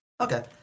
Okay